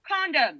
condom